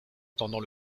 pendant